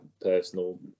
personal